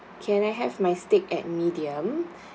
can I have my steak at medium